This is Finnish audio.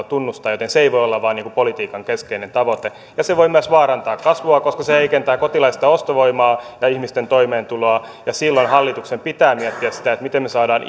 tunnustavat joten se ei voi olla vain politiikan keskeinen tavoite se voi myös vaarantaa kasvua koska se heikentää kotimaista ostovoimaa ja ihmisten toimeentuloa silloin hallituksen pitää miettiä sitä miten me saamme